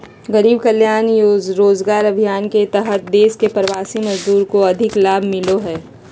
गरीब कल्याण रोजगार अभियान के तहत देश के प्रवासी मजदूर के अधिक लाभ मिलो हय